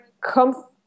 come